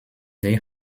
they